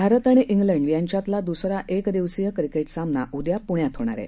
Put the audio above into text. भारत आणि सिंड यांच्यातला दुसरा एकदिवसीय क्रिकेट सामना उद्या पुण्यात होणार आहे